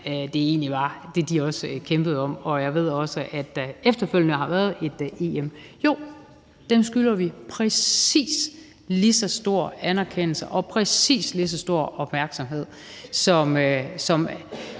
imponerende det, de kæmpede om, egentlig var. Jeg ved også, at der efterfølgende har været et EM. Jo, dem skylder vi præcis lige så stor anerkendelse og præcis lige så stor opmærksomhed som